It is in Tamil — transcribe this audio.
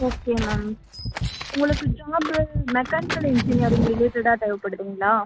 ஓகே மேம் உங்களுக்கு ஜாப்பு மெக்கானிக்கல் இன்ஜினீயரிங் ரிலேட்டடாக தேவைப்படுதுங்களா